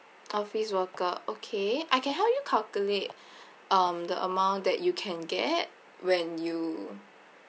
office worker okay I can help you calculate um the amount that you can get when you